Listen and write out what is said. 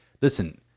listen